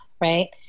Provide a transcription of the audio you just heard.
right